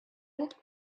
walked